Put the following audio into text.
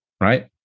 right